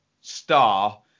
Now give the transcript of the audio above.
star